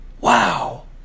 Wow